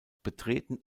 betreten